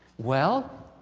well,